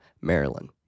Maryland